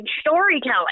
storytelling